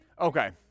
okay